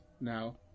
now